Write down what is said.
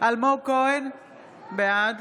בעד